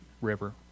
river